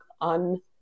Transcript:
on